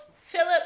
Philip